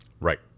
Right